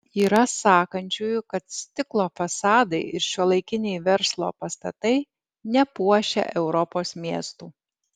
yra sakančiųjų kad stiklo fasadai ir šiuolaikiniai verslo pastatai nepuošia europos miestų